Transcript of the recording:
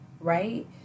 Right